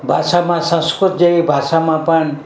ભાષામાં સંસ્કૃત જેવી ભાષામાં પણ